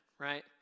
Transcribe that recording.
Right